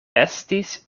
estis